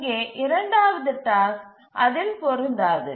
இங்கே இரண்டாவது டாஸ்க்க்கு அதில் பொருந்தாது